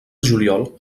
juliol